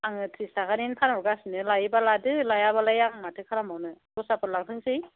आङो थ्रिस थाखानिनो फानहरगासिनो लायोबा लादो लायाबालाय आं माथो खालामबावनो दस्राफोर लांथोंसै